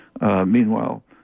Meanwhile